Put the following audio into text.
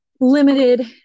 limited